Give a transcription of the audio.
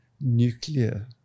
nuclear